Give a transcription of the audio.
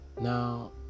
Now